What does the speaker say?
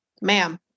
ma'am